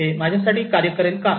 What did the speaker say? हे माझ्यासाठी कार्य करेल का